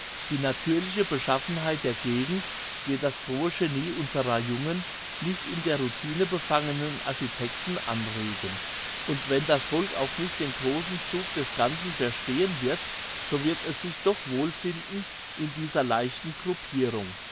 die natürliche beschaffenheit der gegend wird das frohe genie unserer jungen nicht in der routine befangenen architekten anregen und wenn das volk auch nicht den grossen zug des ganzen verstehen wird so wird es sich doch wohlfühlen in dieser leichten gruppirung